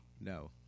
No